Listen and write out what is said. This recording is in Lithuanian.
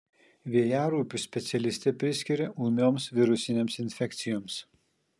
vėjaraupius specialistė priskiria ūmioms virusinėms infekcijoms